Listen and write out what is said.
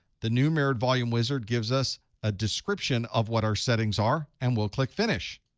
the new mirrored volume wizard gives us a description of what our settings are. and we'll click finish.